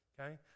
okay